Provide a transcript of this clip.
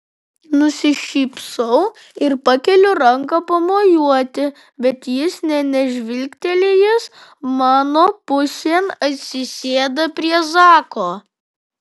nusišypsau ir pakeliu ranką pamojuoti bet jis nė nežvilgtelėjęs mano pusėn atsisėda prie zako